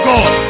God